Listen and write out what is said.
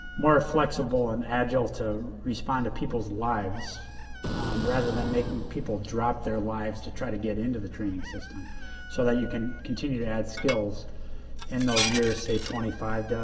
more flexible and agile to respond to people's lives rather than making people drop their lives to try to get into the training system so that you can continue to add skills in those years, say, twenty five